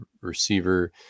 receiver